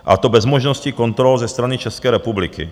A to bez možnosti kontrol ze strany České republiky.